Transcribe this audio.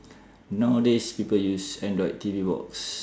nowadays people use android T_V box